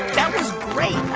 that was great.